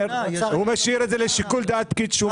הוא משאיר את זה לשיקול דעת פקיד שומה.